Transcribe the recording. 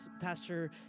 Pastor